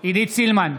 עידית סילמן,